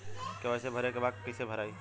KYC भरे के बा कइसे भराई?